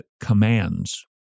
commands